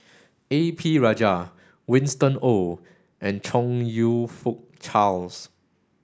A P Rajah Winston Oh and Chong You Fook Charles